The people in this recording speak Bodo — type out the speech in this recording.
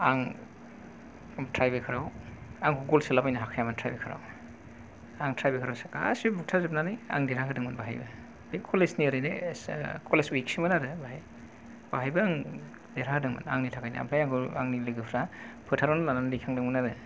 आं टाइ ब्रेकार आव आंखौ गल सोलाबायनो हाखायामोन टाइ ब्रेकार आव आं टाइ ब्रेकार आव गासिबो बुग्थाजोबनानै आं देरहाहोदोंमोन बेवहायबो बे कलेज नि ओरैनो कलेज विक सोमोन आरो बेहायबो आं देरहाहोदोंमोन आंनि थाखायनो ओमफ्राय आंखौ आंनि लोगोफ्रा फोथारावनो लानानै दैखांदोंमोन आरो